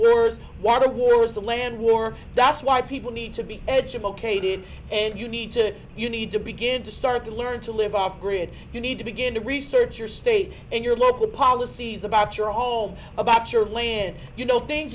words water wars the land war that's why people need to be educated and you need to you need to begin to start to learn to live off grid you need to begin to research your state and your local policies about your home about your land you know things